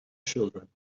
children